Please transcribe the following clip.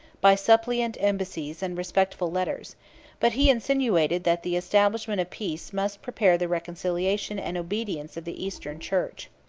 by suppliant embassies and respectful letters but he insinuated that the establishment of peace must prepare the reconciliation and obedience of the eastern church.